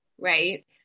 right